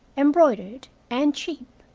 embroidered, and cheap.